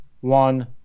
one